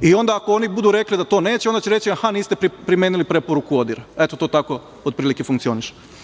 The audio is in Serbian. I onda ako oni budu rekli da to neće, onda će reći - aha, niste primenili preporuku ODIHR-a. Eto, to tako otprilike funkcioniše. Dakle,